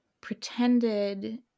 pretended